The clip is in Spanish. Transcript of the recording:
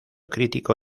crítico